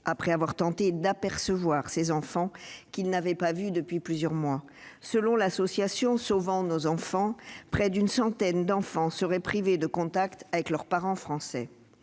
après avoir tenté d'apercevoir ses enfants qu'il n'avait pas vus depuis plusieurs mois. Selon l'association Sauvons nos enfants Japon, près d'une centaine d'enfants seraient privés de contact avec leur parent français.